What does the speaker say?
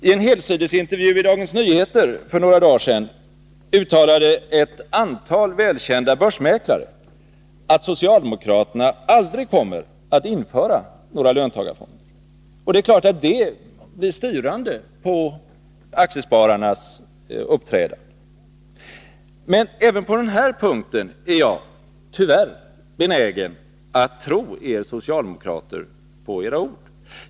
I en helsidesintervju i Dagens Nyheter för några dagar sedan uttalade ett antal välkända börsmäklare att socialdemokraterna aldrig kommer att införa några löntagarfonder. Det är klart att sådana uttalanden blir styrande på aktiespararnas uppträdande. Men även på den punkten är jag — tyvärr — benägen att tro er socialdemokrater på era ord.